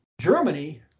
Germany